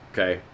Okay